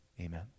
Amen